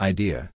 Idea